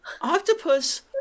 octopus